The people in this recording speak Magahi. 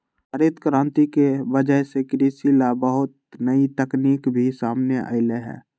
हरित करांति के वजह से कृषि ला बहुत नई तकनीक भी सामने अईलय है